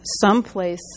someplace